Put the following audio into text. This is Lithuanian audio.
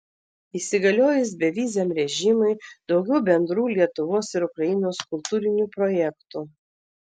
įsigaliojus beviziam režimui daugiau bendrų lietuvos ir ukrainos kultūrinių projektų